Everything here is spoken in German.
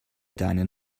deinen